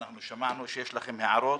ואנחנו שמענו שיש לכם הערות,